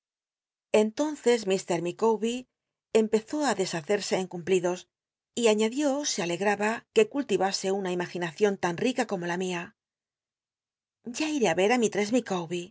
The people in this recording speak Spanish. entonces mr micawljer empezó í deshacerse en cumplidos y añadió se alegraba que cultivase una imaginacion tan rica como la mia ya iré t ver á mistress